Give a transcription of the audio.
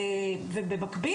במקביל,